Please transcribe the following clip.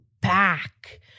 back